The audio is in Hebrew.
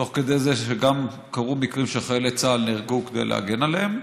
תוך כדי שגם קרו מקרים שחיילי צה"ל נהרגו כדי להגן עליהם,